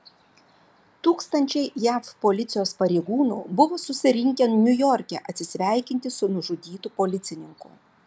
tūkstančiai jav policijos pareigūnų buvo susirinkę niujorke atsisveikinti su nužudytu policininku